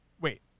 wait